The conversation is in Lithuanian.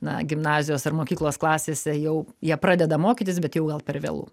na gimnazijos ar mokyklos klasėse jau jie pradeda mokytis bet jau gal per vėlu